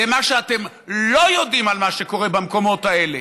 זה מה שאתם לא יודעים על מה שקורה במקומות האלה,